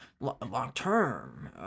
long-term